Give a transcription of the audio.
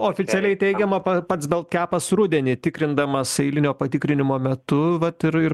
oficialiai teigiama pa pats baltkepas rudenį tikrindamas eilinio patikrinimo metu vat ir ir